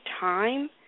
time